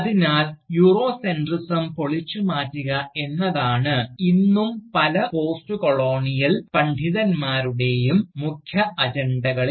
അതിനാൽ യൂറോസെൻട്രിസം പൊളിച്ചുമാറ്റുക എന്നതാണ് ഇന്നും പല പോസ്റ്റ്കോളോണിയൽ പണ്ഡിതന്മാരുടെ മുഖ്യ അജണ്ടകളിലൊന്നാണ്